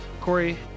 Corey